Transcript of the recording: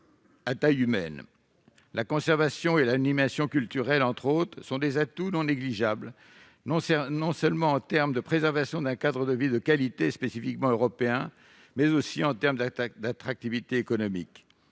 à l'oeuvre. La conservation et l'animation culturelles, entre autres, sont des atouts non négligeables, non seulement pour la préservation d'un cadre de vie de qualité, spécifiquement européen, mais aussi pour l'attractivité économique.